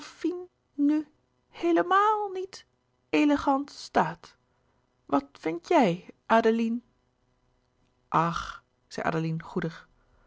nu héelemaal niet èllegant staat wat vindt jij adèline ach zei adeline goedig